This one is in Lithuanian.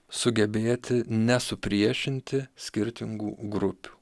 sugebėti nesupriešinti skirtingų grupių